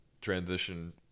transition